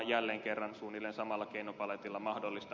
jälleen kerran suunnilleen samalla keinopaletilla mahdollista